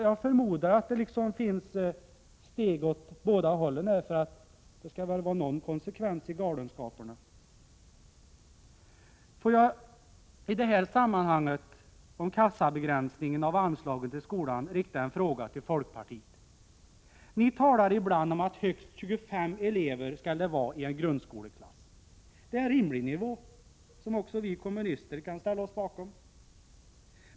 Jag förmodar att så är fallet, om det skall vara någon konsekvens i galenskaperna. Får jag i detta sammanhang i fråga om kassabegränsningen av anslagen i skolan rikta en fråga till folkpartiet. Ni folkpartister talar ibland om att det skall vara högst 25 elever i en grundskoleklass. Det är rimligt och någonting som också vi kommunister kan ställa oss bakom.